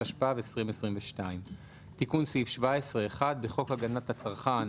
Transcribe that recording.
התשפ"ב-2022 תיקון סעיף 17 1. בחוק הגנת הצרכן,